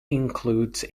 include